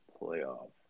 playoff